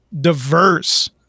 diverse